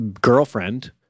girlfriend